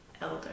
elder